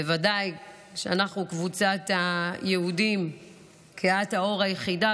בוודאי כשאנחנו קבוצת היהודים כהת העור היחידה,